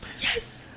Yes